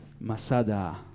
Masada